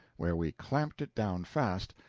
where we clamped it down fast,